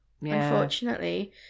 Unfortunately